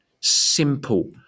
Simple